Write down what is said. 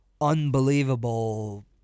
unbelievable